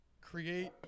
create